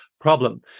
problem